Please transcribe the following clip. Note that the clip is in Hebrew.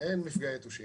אין מפגעי יתושים.